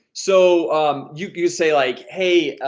so um you you say like hey,